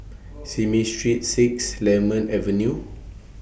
Simei Street six Lemon Avenue